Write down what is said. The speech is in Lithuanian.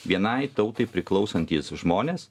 vienai tautai priklausantys žmonės